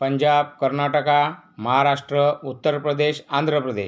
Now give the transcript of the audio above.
Punjab Karnataka Maharashtra Uttar Pradesh Andhra Pradesh